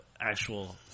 actual